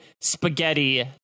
spaghetti